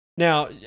Now